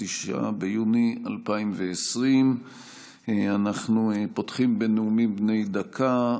9 ביוני 2020. אנחנו פותחים בנאומים בני דקה.